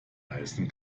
heißen